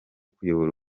kuyobora